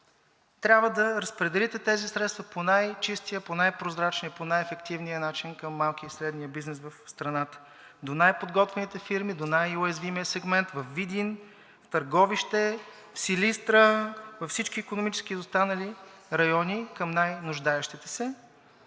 трябва да разпределите тези средства по най-чистия, по най-прозрачния, по най-ефективния начин към малкия и средния бизнес в страната, до най-подготвените фирми, до най-уязвимия сегмент във Видин, в Търговище, в Силистра, във всички икономически изостанали райони, към най-нуждаещите се.